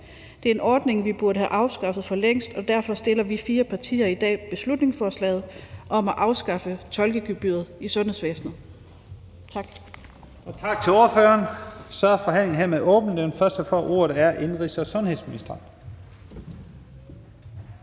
Det er en ordning, vi burde have afskaffet for længst, og derfor fremsætter vi fire partier i dag beslutningsforslaget om at afskaffe tolkegebyret i sundhedsvæsenet. Tak.